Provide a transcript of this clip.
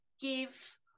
give